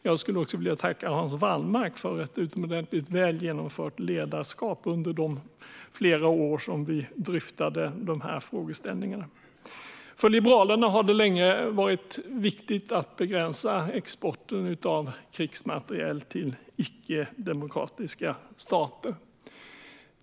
Jag skulle också vilja tacka Hans Wallmark för ett utomordentligt väl genomfört ledarskap under de år som vi dryftade dessa frågeställningar. För Liberalerna har det länge varit viktigt att begränsa exporten av krigsmateriel till icke-demokratiska stater.